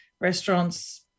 restaurants